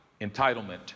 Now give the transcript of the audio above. entitlement